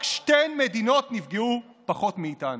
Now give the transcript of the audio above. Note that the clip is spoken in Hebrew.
רק שתי מדינות נפגעו פחות מאיתנו,